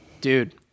Dude